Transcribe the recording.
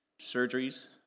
surgeries